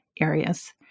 areas